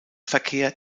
verkehr